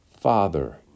Father